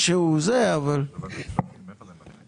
לפרוטוקול, לא הבנתי מתי נגיע להפרטה.